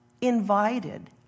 invited